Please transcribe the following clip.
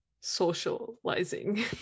socializing